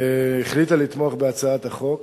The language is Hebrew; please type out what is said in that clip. החליטה לתמוך בהצעת החוק